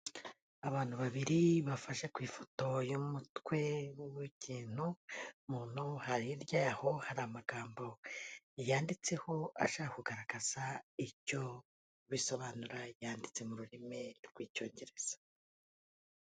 Abantu babiri bafashe ku ifoto y'umutwe w'ikintu, umuntu hariya, hirya y'aho hari amagambo yanditseho ashaka kugaragaza icyo bisobanura yanditse mu rurimi rw'icyongereza.